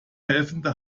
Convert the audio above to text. helfende